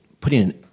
putting